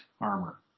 armor